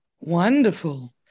Wonderful